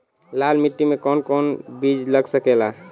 लाल मिट्टी में कौन कौन बीज लग सकेला?